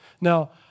Now